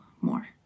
more